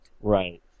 Right